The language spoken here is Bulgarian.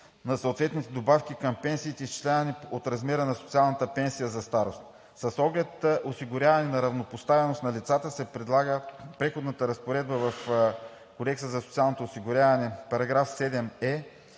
на съответните добавки към пенсиите, изчислявани от размера на социалната пенсия за старост. С оглед осигуряване на равнопоставеност на лицата се предлага Преходна разпоредба в Кодекса за социално осигуряване (§7е),